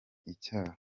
icyaha